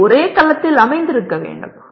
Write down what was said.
அவை ஒரே கலத்தில் அமைந்திருக்க வேண்டும்